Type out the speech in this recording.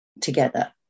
together